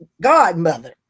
godmother